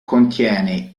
contiene